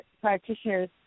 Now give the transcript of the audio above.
practitioners